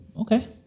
Okay